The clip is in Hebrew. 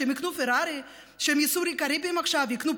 שהם יקנו פרארי, שהם ייסעו עכשיו לקאריביים?